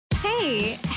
Hey